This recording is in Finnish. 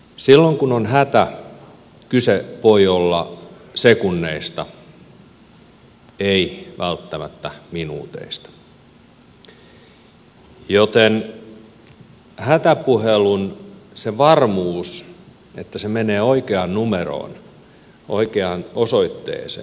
silloin kun on hätä kyse voi olla sekunneista ei välttämättä minuuteista joten hätäpuhelun varmuus että se menee oikeaan numeroon oikeaan osoitteeseen on elintärkeää